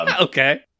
Okay